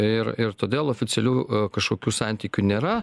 ir ir todėl oficialių kažkokių santykių nėra